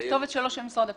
בכתובת שלו במשרד הפנים.